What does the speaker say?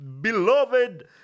beloved